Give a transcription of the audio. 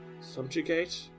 subjugate